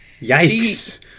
Yikes